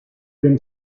dem